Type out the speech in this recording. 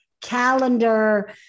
calendar